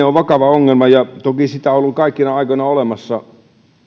on vakava ongelma ja toki sitä on ollut kaikkina aikoina olemassa